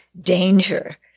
danger